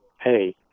hey